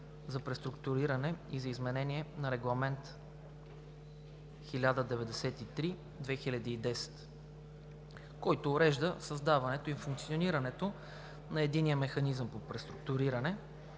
за преструктуриране и за изменение на Регламент № 1093/2010, който урежда създаването и функционирането на Единния механизъм по преструктуриране,